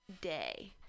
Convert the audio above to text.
day